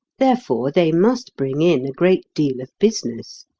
therefore they must bring in a great deal of business.